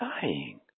dying